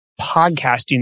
podcasting